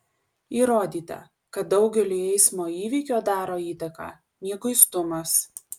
įrodyta kad daugeliui eismo įvykio daro įtaką mieguistumas